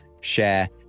share